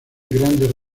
grandes